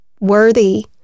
worthy